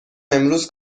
امروز